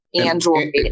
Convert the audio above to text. Android